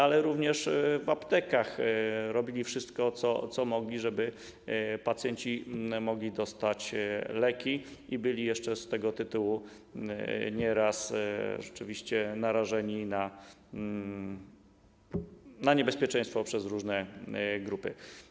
Ale również w aptekach robili wszystko, co mogli, żeby pacjenci mogli dostać leki, i byli jeszcze z tego tytułu nie raz rzeczywiście narażeni na niebezpieczeństwo przez różne grupy.